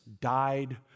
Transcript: died